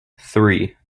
three